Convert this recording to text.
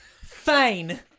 Fine